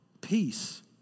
Peace